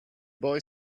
boy